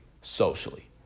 socially